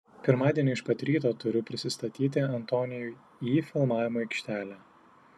pirmadienį iš pat ryto turiu prisistatyti antonijui į filmavimo aikštelę